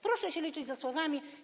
Proszę się liczyć ze słowami.